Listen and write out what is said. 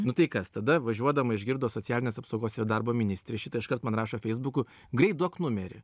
nu tai kas tada važiuodama išgirdo socialinės apsaugos ir darbo ministrė šitą iškart man rašo feisbuku greit duok numerį